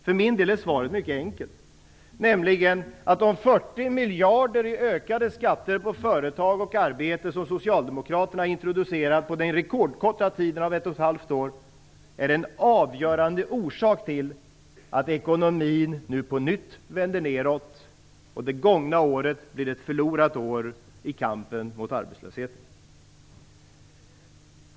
För min del är svaret mycket enkelt, nämligen att de 40 miljarder i ökade skatter på företag och arbete som Socialdemokraterna har introducerat, på den rekordkorta tiden ett och ett halvt år, är en avgörande orsak till att ekonomin nu på nytt vänder nedåt och att det gångna året blir ett förlorat år i kampen mot arbetslösheten.